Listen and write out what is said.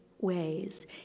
ways